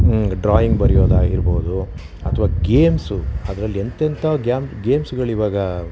drawing ಬರೆಯೋದು ಆಗಿರ್ಬೋದು ಅಥ್ವಾ ಗೇಮ್ಸು ಅದ್ರಲ್ಲಿ ಎಂಥೆಂಥ ಗ್ಯಾಮ್ ಗೇಮ್ಸ್ಗಳಿವಾಗ